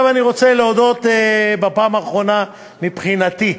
עכשיו אני רוצה להודות, בפעם האחרונה מבחינתי,